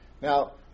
Now